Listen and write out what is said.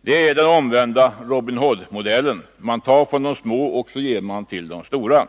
Det är den omvända Robin Hood-modellen. Man tar från de små och ger till de stora.